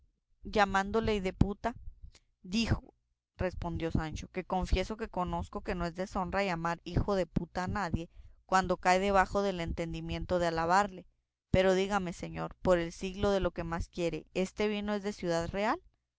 llamándole hideputa digo respondió sancho que confieso que conozco que no es deshonra llamar hijo de puta a nadie cuando cae debajo del entendimiento de alabarle pero dígame señor por el siglo de lo que más quiere este vino es de ciudad real